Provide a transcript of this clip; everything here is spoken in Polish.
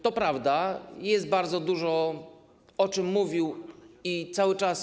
To prawda, jest bardzo dużo, o czym mówił i cały czas.